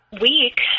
week